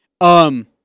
Um-